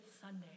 Sunday